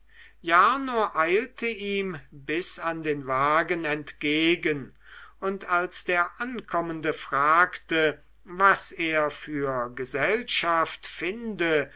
jarno eilte ihm bis an den wagen entgegen und als der ankommende fragte was er für gesellschaft finde